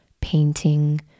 painting